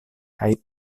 kaj